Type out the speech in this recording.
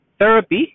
therapy